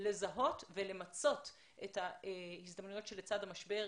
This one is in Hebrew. לזהות ולמצות את ההזדמנויות שלצד המשבר.